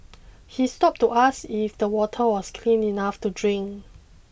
he stopped to ask me if that water was clean enough to drink